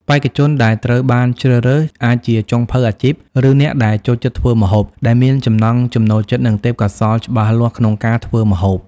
បេក្ខជនដែលត្រូវបានជ្រើសរើស អាចជាចុងភៅអាជីព ឬអ្នកដែលចូលចិត្តធ្វើម្ហូប ដែលមានចំណង់ចំណូលចិត្ត និងទេពកោសល្យច្បាស់លាស់ក្នុងការធ្វើម្ហូប។